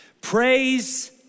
Praise